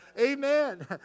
Amen